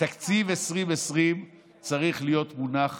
תקציב 2020 צריך להיות מונח